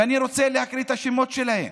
ואני רוצה להקריא את השמות שלהם,